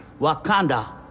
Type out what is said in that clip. Wakanda